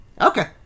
Okay